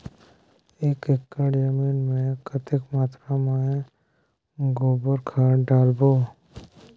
एक एकड़ जमीन मे कतेक मात्रा मे गोबर खाद डालबो?